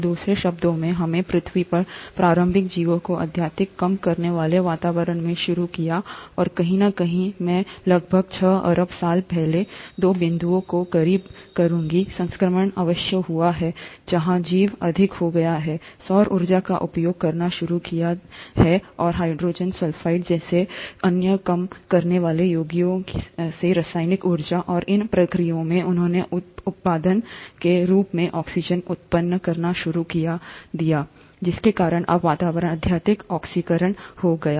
तो दूसरे शब्दों में हमने पृथ्वी पर प्रारंभिक जीवन को अत्यधिक कम करने वाले वातावरण में शुरू किया और कहीं न कहीं मैं लगभग छह अरब साल पहले दो बिंदुओं के करीब कहूंगा संक्रमण अवश्य हुआ है जहां जीव अधिक हो गए हैं सौर ऊर्जा का उपयोग करना शुरू कर दिया है और हाइड्रोजन सल्फाइड जैसे अन्य कम करने वाले यौगिकों से रासायनिक ऊर्जा और इस प्रक्रिया में उन्होंने उप उत्पाद के रूप में ऑक्सीजन उत्पन्न करना शुरू कर दिया जिसके कारण अब वातावरण अत्यधिक ऑक्सीकरण हो गया